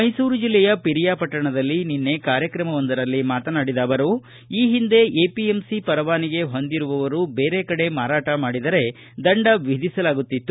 ಮೈಸೂರು ಜಿಲ್ಲೆಯ ಪಿರಿಯಾ ಪಟ್ಟಣದಲ್ಲಿ ನಿನ್ನೆ ಕಾರ್ಯತ್ರಮವೊಂದರಲ್ಲಿ ಮಾತನಾಡಿದ ಅವರು ಈ ಒಂದೆ ಎಪಿಎಂಸಿ ಪರವಾನಗಿ ಹೊಂದಿರುವವರು ಬೇರೆ ಕಡೆ ಮಾರಾಟ ಮಾಡಿದರೆ ದಂಡ ವಿಧಿಸಲಾಗುತ್ತಿತ್ತು